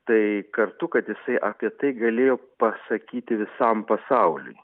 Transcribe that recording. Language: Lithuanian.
tai kartu kad jisai apie tai galėjo pasakyti visam pasauliui